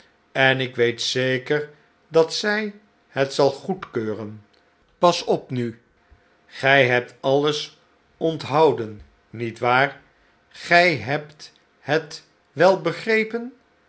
en ik weet zeker dat zij het zal goedkeuren pas op nu gij hebt alles onthouden niet waar gij hebt het wel begrepen